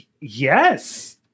Yes